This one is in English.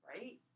right